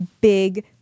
big